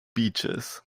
beaches